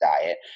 diet